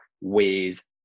ways